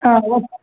हा